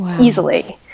easily